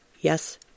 Yes